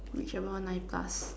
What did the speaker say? reach around nine plus